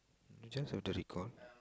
maybe just the recall